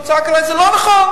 הוא צעק עלי: זה לא נכון.